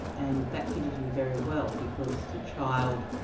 and that fitted in very well, because the child